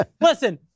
listen